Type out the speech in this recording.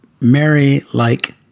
Mary-like